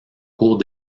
cours